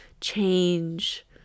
change